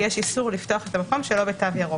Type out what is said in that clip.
כי יש איסור לפתוח את המקום שלא בתו ירוק.